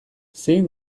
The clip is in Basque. zein